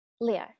Leo